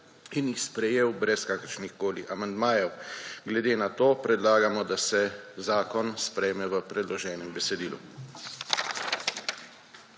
in jih sprejel brez kakršnihkoli amandmajev. Glede na to predlagamo, da se zakon sprejme v predloženem besedilu.